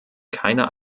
keiner